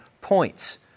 points